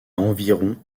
environ